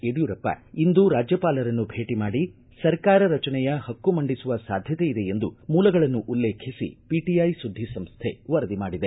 ಯಡ್ಕೂರಪ್ಪ ಇಂದು ರಾಜ್ಯಪಾಲರನ್ನು ಭೇಟಿ ಮಾಡಿ ಸರ್ಕಾರ ರಚನೆಯ ಹಕ್ಕು ಮಂಡಿಸುವ ಸಾಧ್ಯತೆ ಇದೆ ಎಂದು ಮೂಲಗಳನ್ನು ಉಲ್ಲೇಖಿಸಿ ಪಿಟಐ ಸುದ್ದಿಸಂಸ್ಥೆ ವರದಿ ಮಾಡಿದೆ